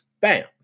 bam